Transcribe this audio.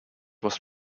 was